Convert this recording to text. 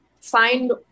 find